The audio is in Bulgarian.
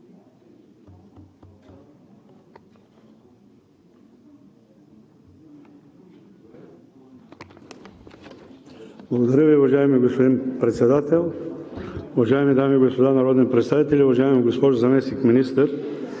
Благодаря Ви, уважаеми господин Председател. Уважаеми дами и господа народни представители, уважаема госпожо Заместник-министър!